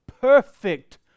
perfect